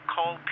Call